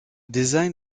design